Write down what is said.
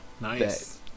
Nice